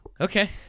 Okay